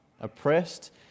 oppressed